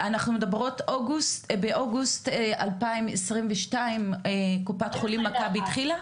באוגוסט 2021 קופת חולים מכבי התחילה?